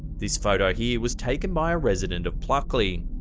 this photo here was taken by a resident of pluckley.